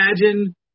imagine